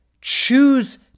choose